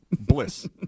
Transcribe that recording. bliss